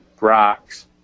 rocks